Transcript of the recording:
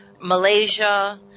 Malaysia